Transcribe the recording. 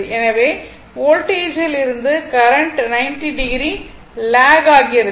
எனவே வோல்டேஜில் இருந்து கரண்ட் 90o லாக் ஆகிறது